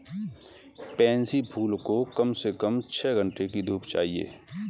pansy फूल को कम से कम छह घण्टे की धूप चाहिए